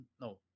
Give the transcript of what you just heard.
no